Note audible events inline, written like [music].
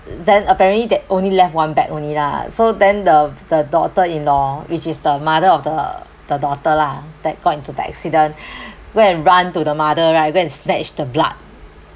then apparently that only left one bag only lah so then the the daughter in-law which is the mother of the the daughter lah that got into the accident [breath] go and run to the mother right go and snatch the blood